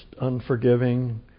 unforgiving